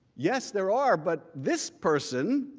yes there are! but this person,